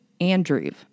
Andreev